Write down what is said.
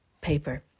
paper